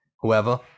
whoever